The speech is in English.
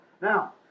Now